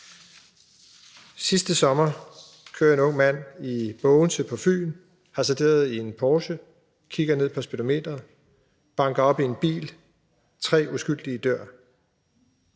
Sidste sommer kører en ung mand i Bogense på Fyn hasarderet i en Porsche, kigger ned på speedometeret, banker op i en bil – tre uskyldige dør.